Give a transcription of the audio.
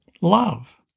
Love